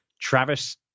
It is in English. Travis